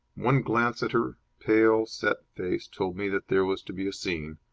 one glance at her pale, set face told me that there was to be a scene,